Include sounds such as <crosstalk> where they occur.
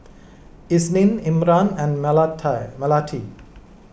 Isnin Imran and <unintelligible> Melati